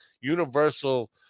universal